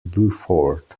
beaufort